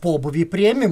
pobūvį priėmim